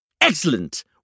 Excellent